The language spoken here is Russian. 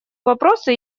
вопроса